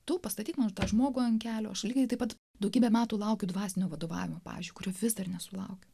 tu pastatyk man tą žmogų ant kelio aš lygiai taip pat daugybę metų laukiu dvasinio vadovavimo pavyzdžiui kurio vis dar nesulaukiu